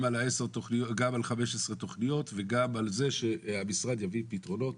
גם על 15 תכניות וגם על זה שהמשרד יביא פתרונות,